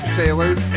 sailors